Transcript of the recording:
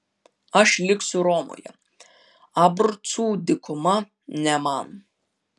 aš liksiu romoje abrucų dykuma ne man